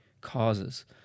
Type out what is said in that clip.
causes